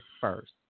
first